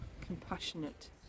compassionate